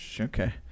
Okay